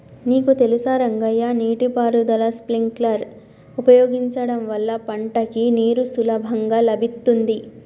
నీకు తెలుసా రంగయ్య నీటి పారుదల స్ప్రింక్లర్ ఉపయోగించడం వల్ల పంటకి నీరు సులభంగా లభిత్తుంది